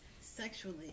sexually